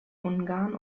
ungarn